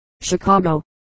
Chicago